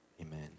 Amen